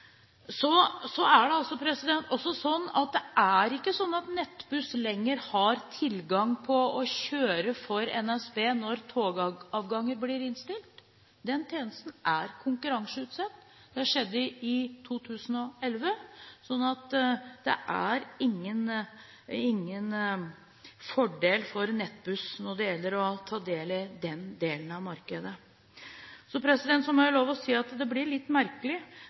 det ikke lenger sånn at Nettbuss har adgang til å kjøre for NSB når togavganger blir innstilt. Den tjenesten er konkurranseutsatt. Det skjedde i 2011. Så det er ingen fordel for Nettbuss når det gjelder å ta del i den delen av markedet. Så må jeg ha lov å si at det er litt merkelig